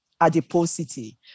adiposity